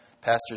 pastors